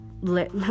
let